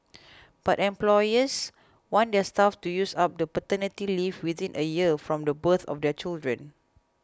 but employers want their staff to use up the paternity leave within a year from the birth of their children